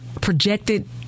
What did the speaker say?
projected